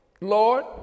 Lord